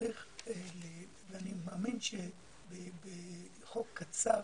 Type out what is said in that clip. אני מאמין שבחוק קצר